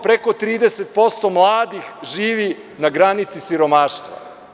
Preko 30% mladih živi na granici siromaštva.